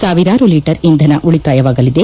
ಸಾವಿರಾರು ಲೀಟರ್ ಇಂಧನ ಉಳಿತಾಯವಾಗಲಿದೆ